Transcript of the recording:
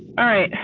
all right.